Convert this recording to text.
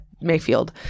Mayfield